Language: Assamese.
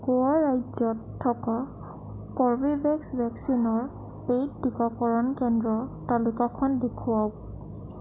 গোৱা ৰাজ্যত থকা কৰ্বীভেক্স ভেকচিনৰ পে'ইড টিকাকৰণ কেন্দ্ৰৰ তালিকাখন দেখুৱাওক